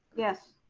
yes.